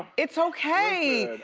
it's okay.